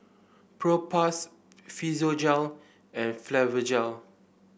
Propass Physiogel and Blephagel